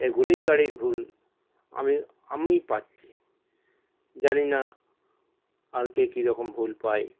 এগুলোই গাড়ির ভুল আমি আমি পাচ্ছি জানি না আর কে কীরকম ভুল পায়